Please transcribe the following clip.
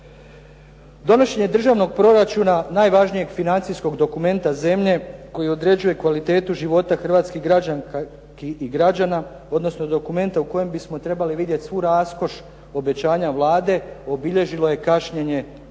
Donošenje državnog proračuna, najvažnijeg financijskog dokumenta zemlje koji određuje kvalitetu života hrvatskih građanki i građana, odnosno dokumenta u kojem bismo trebali vidjeti svu raskoš obećanja Vlade obilježilo je kašnjenje mjesec